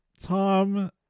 Tom